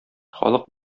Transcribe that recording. халык